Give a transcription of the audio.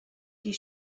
die